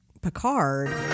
picard